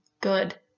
good